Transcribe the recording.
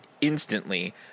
instantly